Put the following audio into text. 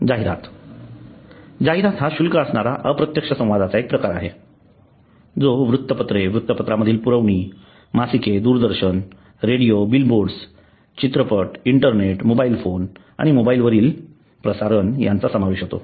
जाहिरात जाहिरात हा शुल्क असणारा अप्रत्यक्ष संवादाचा एक प्रकार आहे जो वृत्तपत्रे वृत्तपत्रामधील पुरवणी मासिके दूरदर्शन रेडिओ बिलबोर्डस चित्रपट इंटरनेट मोबाईल फोन आणि मोबाईल वरील प्रसारण यांचा समावेश होतो